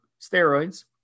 steroids